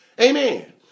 Amen